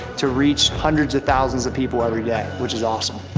to reach hundreds of thousands of people every day, which is awesome.